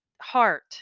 heart